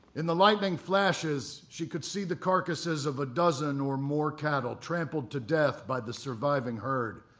in the lightning flashes she could see the carcasses of a dozen or more cattle, trampled to death by the surviving herd.